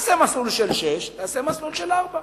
תעשה מסלול של שש, ותעשה מסלול של ארבע.